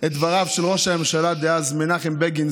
את דבריו של ראש הממשלה דאז מנחם בגין,